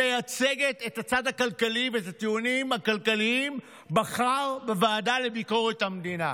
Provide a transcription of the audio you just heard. מייצגת את הצד הכלכלי ואת הטיעונים הכלכליים מחר בוועדה לביקורת המדינה.